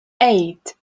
eight